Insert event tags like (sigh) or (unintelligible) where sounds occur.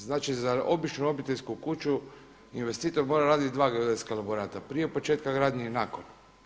Znači, za običnu obiteljsku kuću investitor mora raditi dva … (unintelligible) elaborata, prije početka gradnje i nakon.